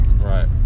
right